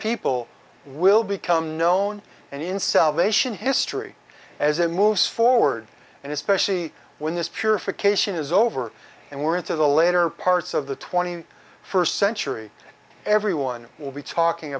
people will become known and in salvation history as it moves forward and especially when this purification is over and we're into the later parts of the twenty first century everyone will be talking